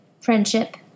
Friendship